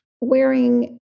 wearing